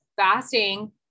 fasting